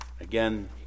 Again